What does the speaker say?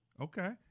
Okay